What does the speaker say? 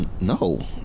No